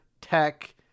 tech